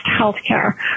healthcare